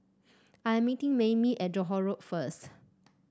I'm meeting Maymie at Johore Road first